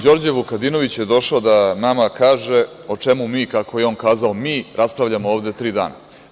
Đorđe Vukadinović je došao da nama kaže o čemu mi, kako je on kazao – mi, raspravljamo ovde tri dana.